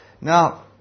Now